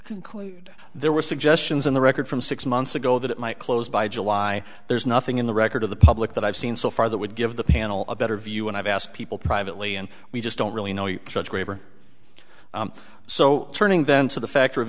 conclude there were suggestions in the record from six months ago that it might close by july there's nothing in the record of the public that i've seen so far that would give the panel a better view and i've asked people privately and we just don't really know you judge graver so turning then to the factor of